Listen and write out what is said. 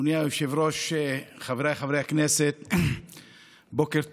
אדוני היושב-ראש, חבריי חברי הכנסת, בוקר טוב,